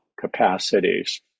capacities